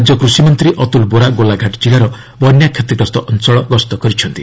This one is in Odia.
ରାଜ୍ୟ କୃଷିମନ୍ତ୍ରୀ ଅତୁଲ୍ ବୋରା ଗୋଲାଘାଟ କିଲ୍ଲାର ବନ୍ୟା କ୍ଷତିଗ୍ରସ୍ତାଅଞ୍ଚଳ ଗସ୍ତ କରିଛନ୍ତି